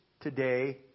today